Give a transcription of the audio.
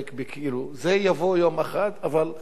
זה יבוא יום אחד, אבל החשש שלי